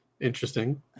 Interesting